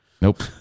Nope